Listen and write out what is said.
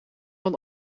want